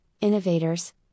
innovators